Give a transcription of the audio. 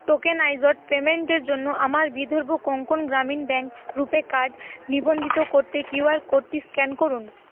tokenised পেমেন্টের জন্য আমার বিদুর্ভ কোঙ্কন গ্রামীণ ব্যাংক রুপে কার্ড নিবন্ধিত করতে কিউআর কোডটি স্ক্যান করুন